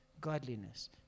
godliness